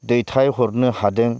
दैथाय हरनो हादों